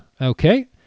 okay